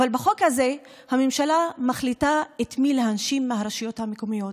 אבל בחוק הזה הממשלה מחליטה את מי להנשים מהרשויות המקומיות,